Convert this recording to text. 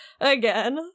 Again